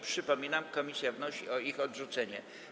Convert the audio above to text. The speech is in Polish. Przypominam, że komisja wnosi o ich odrzucenie.